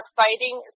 fighting